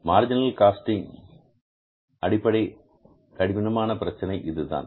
marginal costing அடிப்படை கடினமான பிரச்சனை இதுதான்